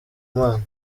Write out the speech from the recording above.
imana